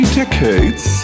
decades